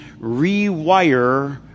rewire